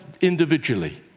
individually